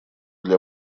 для